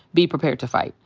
be prepared to fight.